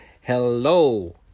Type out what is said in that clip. hello